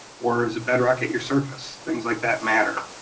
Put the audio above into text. or is it bedrock at your surface? things like that matter.